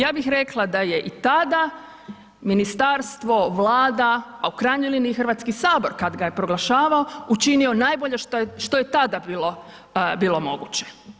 Ja bih rekla da je i tada ministarstvo, Vlada, a u krajnjoj liniji Hrvatski sabor kad ga je proglašavao učinio najbolje što je tada bilo moguće.